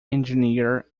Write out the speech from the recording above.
engineer